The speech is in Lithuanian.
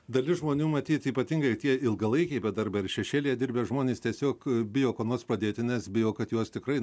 dalis žmonių matyt ypatingai tie ilgalaikiai bedarbiai ar šešėlyje dirbę žmonės tiesiog bijo kuo nors padėti nes bijo kad juos tikrai